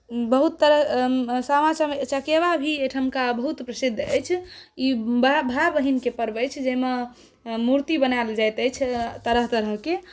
बहुत तरह सामा चकेवा भी एहिठमका बहुत प्रसिद्ध अछि ई बड़ा भाइ बहिन केँ पर्व अछि जाहिमे मूर्ति बनायल जाइत अछि तरह तरहकेँ